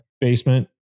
basement